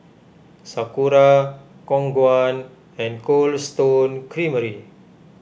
Sakura Khong Guan and Cold Stone Creamery